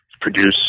produce